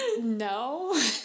no